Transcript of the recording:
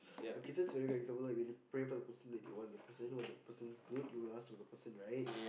okay so so for example right like when you pray for the person that you want the person want the person's good you will ask for the person right